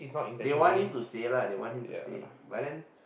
they want him to stay lah they want him to stay but then